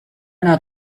not